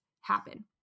happen